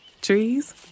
Trees